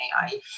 AI